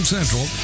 Central